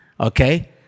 okay